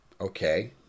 okay